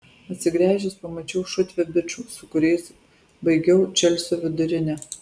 atsigręžęs pamačiau šutvę bičų su kuriais baigiau čelsio vidurinę